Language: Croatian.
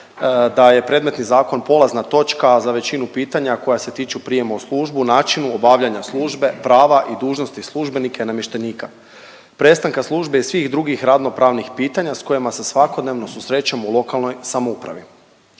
da je predmetni zakon polazna točka za većinu pitanja koja se tiču prijema u službu, o načinu obavljanja službe, prava i dužnosti službenika i namještenika, prestanka službe i svih drugih radno-pravnih pitanja s kojima se svakodnevno susrećemo u lokalnoj samoupravi.